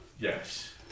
Yes